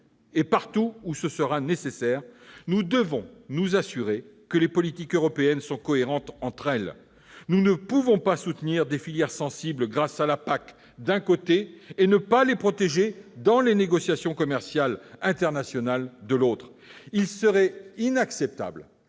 partout où cela sera nécessaire : nous devons nous assurer que les politiques européennes sont cohérentes entre elles. Nous ne pouvons pas soutenir des filières sensibles grâce à la PAC, d'un côté, et ne pas les protéger dans les négociations commerciales internationales, de l'autre. Il serait inacceptable